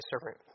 servant